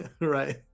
Right